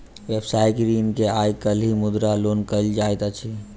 व्यवसायिक ऋण के आइ काल्हि मुद्रा लोन कहल जाइत अछि